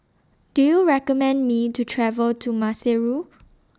Do YOU recommend Me to travel to Maseru